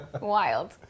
Wild